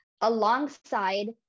alongside